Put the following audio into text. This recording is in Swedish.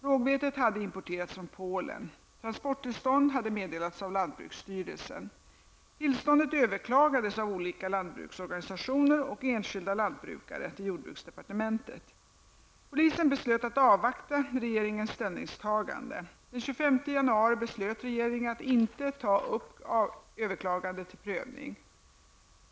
Rågvetet hade importerats från Polen. Transporttillstånd hade meddelats av lantbruksstyrelsen. Tillståndet överklagades av olika lantbruksorganisationer och enskilda lantbrukare till jordbruksdepartementet. Polisen beslöt att avvakta regeringens ställningstagande. Den 25 januari beslöt regeringen att inte ta upp överklagandena till prövning.